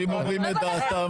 אנשים אומרים את דעתם